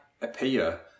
appear